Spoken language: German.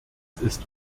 ist